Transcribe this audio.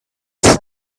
the